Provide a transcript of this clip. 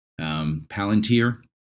Palantir